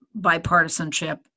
bipartisanship